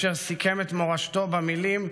סיכם את מורשתו במילים: